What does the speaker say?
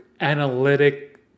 analytic